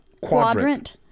Quadrant